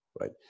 Right